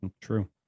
True